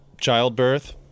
childbirth